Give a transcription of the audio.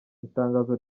itangazo